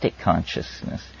consciousness